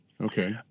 Okay